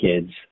kids